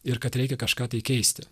ir kad reikia kažką keisti